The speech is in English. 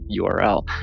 URL